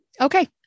Okay